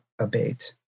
abate